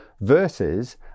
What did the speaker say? versus